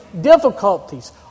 difficulties